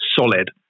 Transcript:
solid